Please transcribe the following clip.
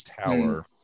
tower